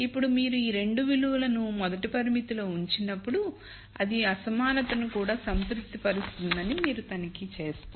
ఇప్పుడు మీరు ఈ 2 విలువలను మొదటి పరిమితిలో ఉంచినప్పుడు అది అసమానతను కూడా సంతృప్తిపరుస్తుందని మీరు తనిఖీ చేస్తారు